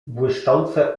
błyszczące